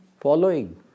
following